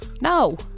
No